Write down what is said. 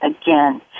again